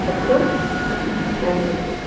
अचो ऐं